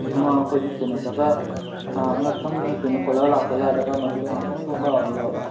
ꯑꯃ ꯑꯩꯈꯣꯏꯒꯤ ꯀꯩꯅꯣꯗꯒ ꯑꯥ ꯉꯛꯁꯝꯒꯤ ꯀꯩꯅꯣ ꯀꯣꯂꯔ ꯂꯥꯛꯄꯒ ꯑꯗꯒ ꯃꯇꯨꯒ ꯌꯥꯝ ꯖꯣꯝ ꯖꯣꯝ ꯂꯥꯎꯕ ꯌꯥꯎꯕꯗꯣ